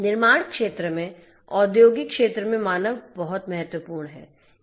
निर्माण क्षेत्र में औद्योगिक क्षेत्र में मानव बहुत महत्वपूर्ण है